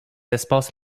espaces